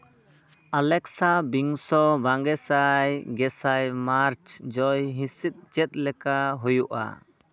ᱟᱞᱮᱠᱥᱟᱵᱤᱝᱥᱚ ᱵᱟᱜᱮ ᱥᱟᱭ ᱜᱮᱥᱟᱭ ᱢᱟᱨᱪ ᱡᱚᱭ ᱦᱤᱥᱤᱫ ᱪᱮᱫ ᱞᱮᱠᱟ ᱦᱳᱚᱜᱼᱟ